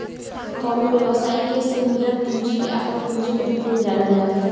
कवनो व्यवसायी के से मिलल पूंजी के आपन पूंजी के रूप में जानल जाला